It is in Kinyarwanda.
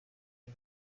n’u